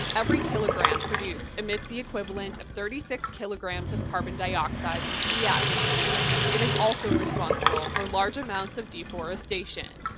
every kilogram produced emits the equivalent of thirty six kilograms of carbon dioxide into the atmosphere. it is also responsible for large amounts of deforestation.